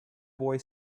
boy